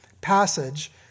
passage